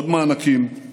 עוד מענקים,